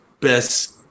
best